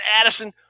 Addison